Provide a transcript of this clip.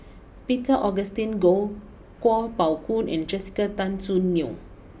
Peter Augustine Goh Kuo Pao Kun and Jessica Tan Soon Neo